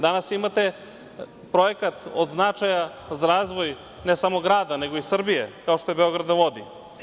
Danas imate projekat od značaja za razvoj, ne samo grada, nego i Srbije, kao što je „Beograd na vodi“